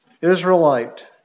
Israelite